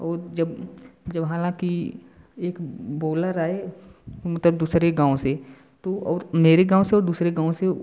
और जब जब हालांकि एक बोलर आये मतलब दूसरे गाँव से तो और मेरे गाँव से और दूसरे गाँव से